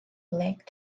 black